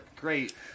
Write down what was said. great